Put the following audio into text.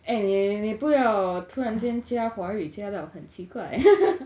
eh 你你不要突然间加华语加了很奇怪